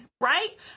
right